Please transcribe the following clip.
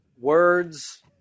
words –